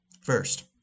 First